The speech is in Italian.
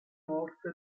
morte